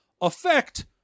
affect